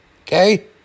Okay